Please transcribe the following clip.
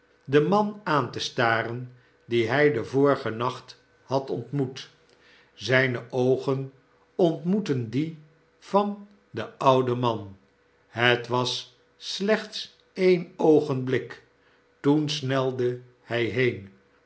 den man aan te staren dien hij den vorigen nacht had ontmoet zijne oogen ontmoetten die van den ouden man het was slechts een oogenblik toen snelde hij heen